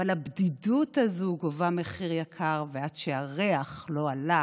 אבל הבדידות הזאת גובה מחיר יקר, ועד שהריח לא עלה